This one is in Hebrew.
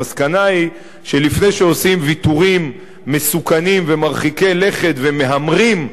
המסקנה היא שלפני שעושים ויתורים מסוכנים ומרחיקי לכת ומהמרים,